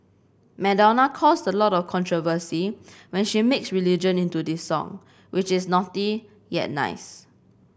Madonna caused a lot of controversy when she mixed religion into this song which is naughty yet nice